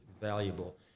valuable